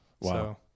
Wow